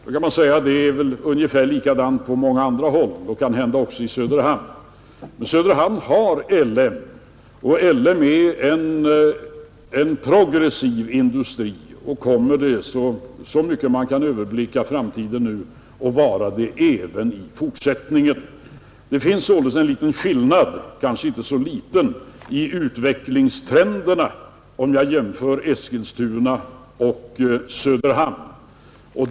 Nu kan man invända att det är väl ungefär likadant på många andra håll, kanhända också i Söderhamn. Men Söderhamn har L M Ericsson och det är en progressiv industri och kommer, så mycket man kan överblicka framtiden, att vara det även i fortsättningen. Det finns således en liten skillnad, kanske inte så liten, i utvecklingstrenderna mellan Eskilstuna och Söderhamn.